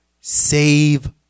save